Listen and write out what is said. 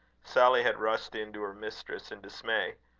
sally had rushed in to her mistress in dismay.